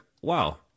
wow